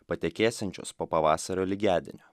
patekėsiančią po pavasario lygiadienio